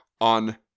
on